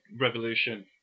Revolution